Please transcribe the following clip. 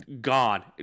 gone